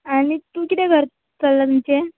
आनी तूं कितें करत चल्ला तुमचे